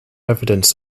evidence